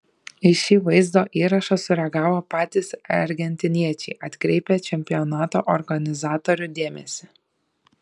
į šį vaizdo įrašą sureagavo patys argentiniečiai atkreipę čempionato organizatorių dėmesį